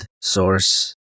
source